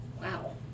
Wow